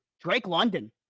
Drake-London